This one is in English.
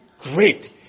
great